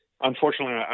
Unfortunately